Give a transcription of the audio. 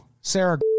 Sarah